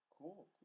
Cool